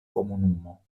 komunumo